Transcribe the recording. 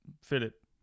Philip